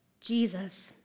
Jesus